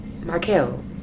Michael